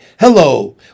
Hello